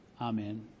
Amen